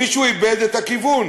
מישהו איבד את הכיוון.